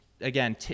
again